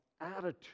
attitude